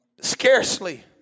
scarcely